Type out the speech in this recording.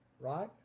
right